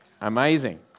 Amazing